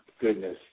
goodness